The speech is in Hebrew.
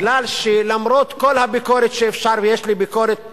כי למרות כל הביקורת שאפשר, ויש לי ביקורת